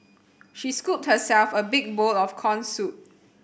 she scooped herself a big bowl of corn soup